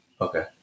Okay